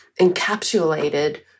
encapsulated